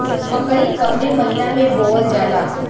मकई कवने महीना में बोवल जाला?